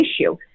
issue